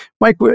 Mike